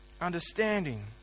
understanding